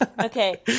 okay